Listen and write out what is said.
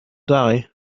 die